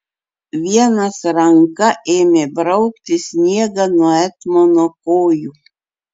vienas ranka ėmė braukti sniegą nuo etmono kojų